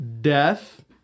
death